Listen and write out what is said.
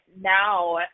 now